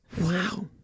wow